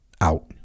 Out